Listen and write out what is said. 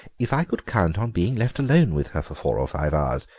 if i could count on being left alone with her for four or five hours.